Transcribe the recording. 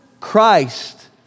Christ